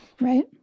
Right